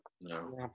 No